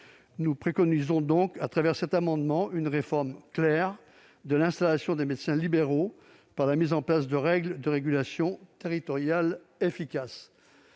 Nous préconisons donc, au travers de cet amendement, une réforme claire de l'installation des médecins libéraux par la mise en place de règles de régulation territoriale efficaces.